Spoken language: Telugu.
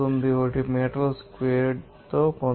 00491 మీటర్ల స్క్వేర్డ్ పొందుతారు